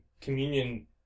communion